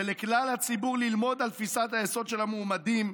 ולכלל הציבור, ללמוד על תפיסת היסוד של המועמדים,